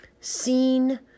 seen